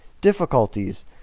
difficulties